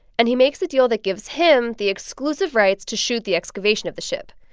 and he makes a deal that gives him the exclusive rights to shoot the excavation of the ship.